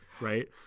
Right